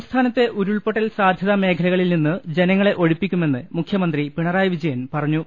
സംസ്ഥാനത്തെ ഉരുൾപൊട്ടൽ സാധ്യതാം മേഖലകളിൽനിന്ന് ജന ങ്ങളെ ഒഴിപ്പിക്കുമെന്ന് മുഖ്യമന്ത്രി പിണറായി വിജയൻ പറഞ്ഞു